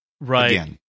Right